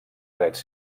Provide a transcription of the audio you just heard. drets